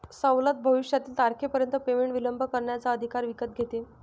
सवलत भविष्यातील तारखेपर्यंत पेमेंट विलंब करण्याचा अधिकार विकत घेते